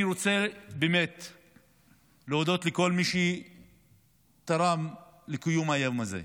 אני רוצה להודות לכל מי שתרם לקיום היום הזה.